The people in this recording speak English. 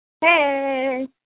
Hey